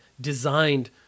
designed